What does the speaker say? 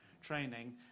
training